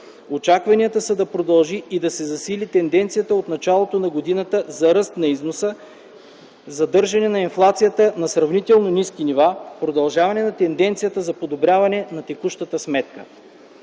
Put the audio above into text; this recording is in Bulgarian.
Очакванията са да продължи и да се засили тенденцията от началото на годината за ръст на износа, задържане на инфлацията на сравнително ниски нива, продължаване на тенденцията за подобряване на текущата сметка.